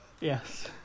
Yes